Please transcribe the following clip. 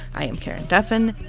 i am karen duffin.